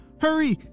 Hurry